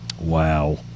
wow